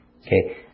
Okay